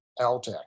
Altec